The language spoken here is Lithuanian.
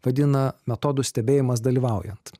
vadina metodų stebėjimas dalyvaujant